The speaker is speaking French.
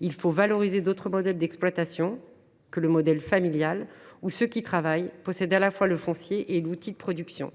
Il faut valoriser d’autres modèles d’exploitation que le modèle familial, dans lequel ceux qui travaillent possèdent à la fois le foncier et l’outil de production.